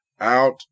Out